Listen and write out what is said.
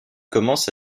commence